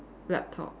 laptop